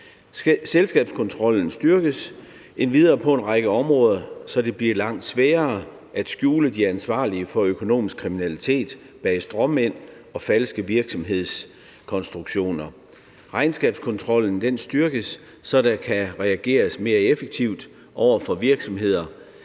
Selskabskontrollen styrkes endvidere på en række områder, så det bliver langt sværere at skjule de ansvarlige for økonomisk kriminalitet bag stråmænd og falske virksomhedskonstruktioner. Regnskabskontrollen styrkes, så der kan reageres mere effektivt over for virksomheder,